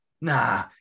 nah